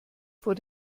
vor